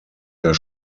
der